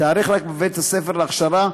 תיערך רק בבית-ספר להכשרה,